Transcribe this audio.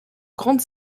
grande